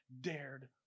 dared